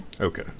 okay